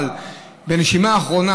אבל בנשימה אחרונה,